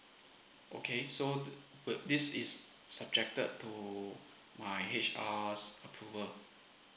okay so but this is subjected to my H_R approval